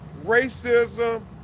racism